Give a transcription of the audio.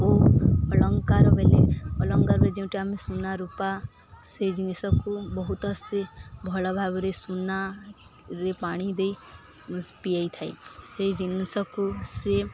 ଓ ଅଳଙ୍କାର ବୋଲେ ଅଳଙ୍କାର ଯେଉଁଟି ଆମେ ସୁନା ରୂପା ସେଇ ଜିନିଷକୁ ବହୁତ ଆସି ଭଲ ଭାବରେ ସୁନାରେ ପାଣି ଦେଇ ପିଆଇଥାଏ ସେଇ ଜିନିଷକୁ ସେ